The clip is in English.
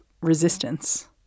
resistance